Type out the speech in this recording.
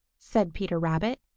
said peter rabbit.